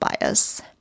bias